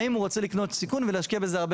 האם הוא רוצה לקנות סיכון ולהשקיע בזה הרבה